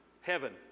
Heaven